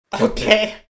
Okay